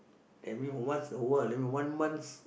every once a while every one months